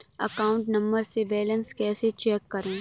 Account number से balance कैसे check करें?